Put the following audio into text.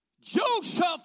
Joseph